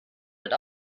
wird